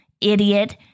idiot